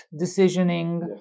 decisioning